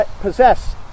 possess